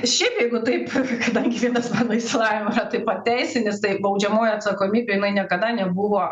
šiaip jeigu taip kadangi vienas mano išsilavinimų yra taip pat teisinis tai baudžiamoji atsakomybė jinai niekada nebuvo